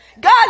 God